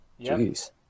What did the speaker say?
Jeez